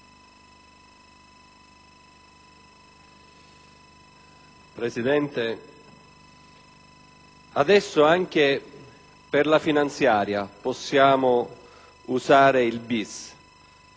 presidente, adesso anche per la legge finanziaria possiamo usare la